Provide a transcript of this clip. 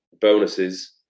bonuses